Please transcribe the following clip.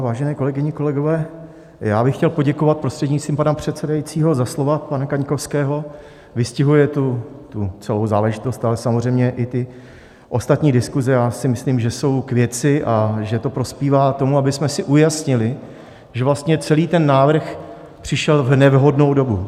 Vážené kolegyně, kolegové, já bych chtěl poděkovat, prostřednictvím pana předsedajícího, za slova pana Kaňkovského, vystihují tu celou záležitost, ale samozřejmě i ty ostatní diskuze, já si myslím, že jsou k věci a že to prospívá k tomu, abychom si ujasnili, že vlastně celý ten návrh přišel v nevhodnou dobu.